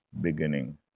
beginning